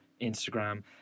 Instagram